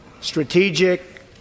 strategic